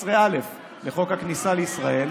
וסעיף 11א לחוק הכניסה לישראל,